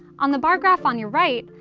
on the bar graph on your right,